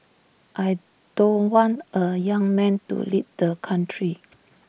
I don't want A young man to lead the country